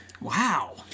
Wow